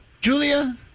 Julia